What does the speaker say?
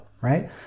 right